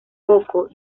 poco